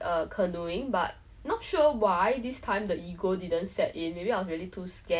but I think I realized that I'm a very like egoistic person like err